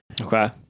Okay